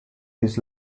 his